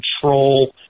control